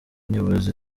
nyobozi